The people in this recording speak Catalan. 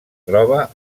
troba